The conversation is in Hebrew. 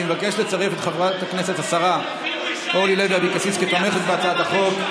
אני מבקש לצרף את חברת הכנסת השרה אורלי לוי אבקסיס כתומכת בהצעת החוק,